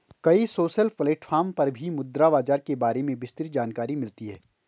कई social platform पर भी मुद्रा बाजार के बारे में विस्तृत जानकरी मिलती है